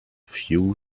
few